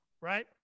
right